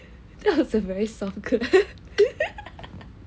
that was a very soft